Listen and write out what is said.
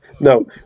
No